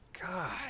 God